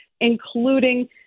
including